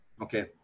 Okay